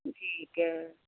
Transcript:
ਠੀਕ ਹੈ